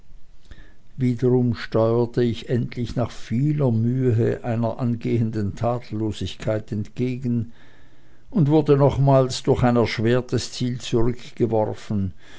wiederum steuerte ich endlich nach vieler mühe einer angehenden tadellosigkeit entgegen und wurde nochmals durch ein erschwertes ziel zurückgeworfen